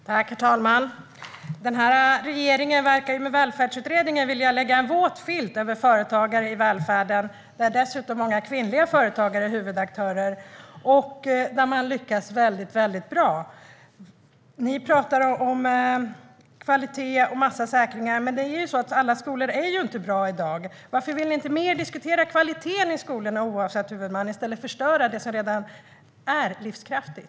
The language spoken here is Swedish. Herr talman! Regeringen verkar med Välfärdsutredningen vilja lägga en våt filt över företagare i välfärden. Där är dessutom många kvinnliga företagare huvudaktörer, och de lyckas bra. Ni pratar om att säkra kvaliteten, men alla skolor är inte bra i dag. Varför vill ni inte diskutera kvaliteten i skolorna oavsett huvudman i stället för att förstöra det som redan är livskraftigt?